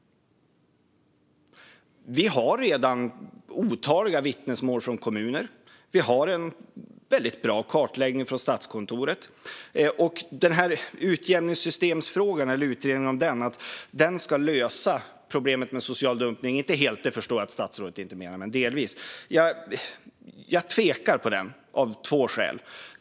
Vi har redan otaliga vittnesmål från kommuner och en väldigt bra kartläggning från Statskontoret. Vad gäller utredningen av utjämningssystemsfrågan och att den ska lösa problemet med social dumpning - inte helt, det förstår jag att statsrådet inte menar, men delvis - är jag tveksam, av två skäl.